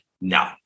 no